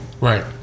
Right